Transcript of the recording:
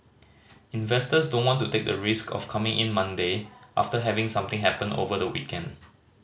investors don't want to take the risk of coming in Monday after having something happen over the weekend